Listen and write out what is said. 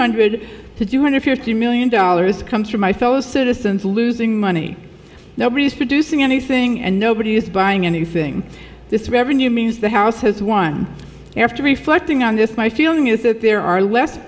hundred to two hundred million dollars comes from my fellow citizens losing money nobody is producing anything and nobody is buying anything this revenue means the house has one after reflecting on this my feeling is that there are less